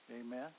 Amen